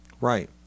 Right